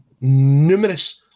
numerous